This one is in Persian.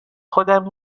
خودم